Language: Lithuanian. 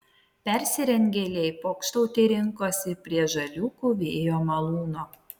persirengėliai pokštauti rinkosi prie žaliūkių vėjo malūno